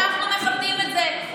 אנחנו מכבדים את זה.